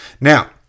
Now